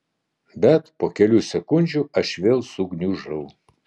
bet po kelių sekundžių aš vėl sugniužau